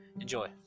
Enjoy